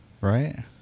right